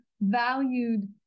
valued